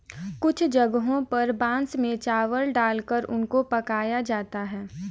कुछ जगहों पर बांस में चावल डालकर उनको पकाया जाता है